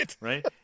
right